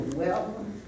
welcome